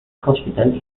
hospital